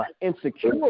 insecure